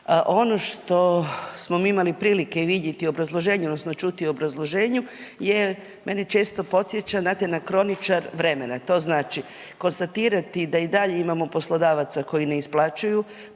Ono što smo mi imali prilike vidjeti u obrazloženju, odnosno čuti u obrazloženju je, mene često podsjeća, znate na kroničar vremena. To znači, konstatirati da i dalje imamo poslodavaca koji ne isplaćuju,